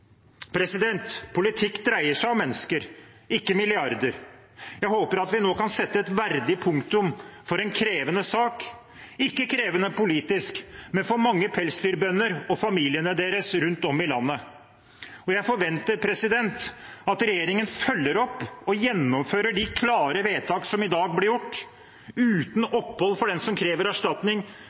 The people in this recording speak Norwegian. Politikk dreier seg om mennesker, ikke milliarder. Jeg håper at vi nå kan sette et verdig punktum for en krevende sak – ikke krevende politisk, men krevende for mange pelsdyrbønder og familiene deres rundt omkring i landet. Jeg forventer at regjeringen følger opp og gjennomfører de klare vedtakene som i dag blir gjort, uten opphold for dem som krever erstatning,